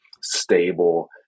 stable